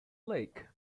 lake